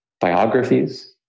biographies